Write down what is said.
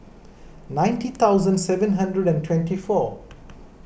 ninety thousand seven hundred and twenty four